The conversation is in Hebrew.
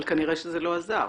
אבל כנראה שזה לא עזר.